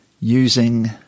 using